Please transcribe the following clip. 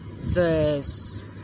verse